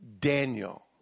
Daniel